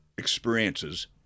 experiences